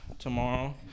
tomorrow